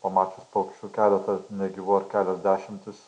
pamatęs paukščių keletą negyvų ar kelios dešimtys